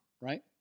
right